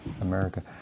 America